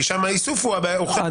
כי שם האיסוף העניין.